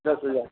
दस हजार